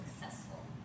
successful